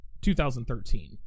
2013